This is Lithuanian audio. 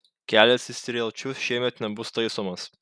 kelias į strielčius šiemet nebus taisomas